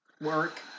Work